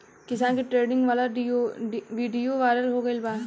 किसान के ट्रेनिंग वाला विडीओ वायरल हो गईल बा